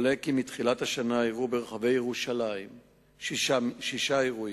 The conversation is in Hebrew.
ועולה כי מתחילת השנה אירעו ברחבי ירושלים שישה אירועים,